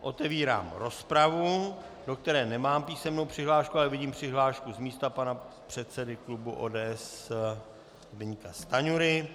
Otevírám rozpravu, do které nemám písemnou přihlášku, ale vidím přihlášku z místa pana předsedy klubu ODS Zbyňka Stanjury.